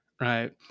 right